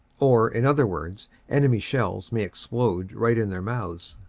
or, in other words, enemy shells may explode right in their mouths,